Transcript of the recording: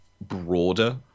broader